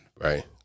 Right